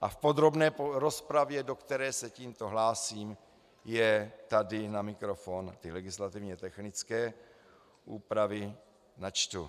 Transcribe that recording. a v podrobné rozpravě, do které se tímto hlásím, je tady na mikrofon, ty legislativně technické úpravy, načtu.